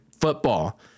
football